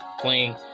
playing